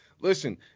listen